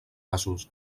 asos